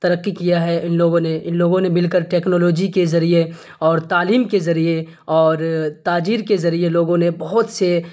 ترقی کیا ہے ان لوگوں نے ان لوگوں نے مل کر ٹیکنالوجی کے ذریعے اور تعلیم کے ذریعے اور تاجر کے ذریعے لوگوں نے بہت سے